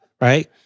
Right